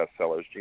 bestsellers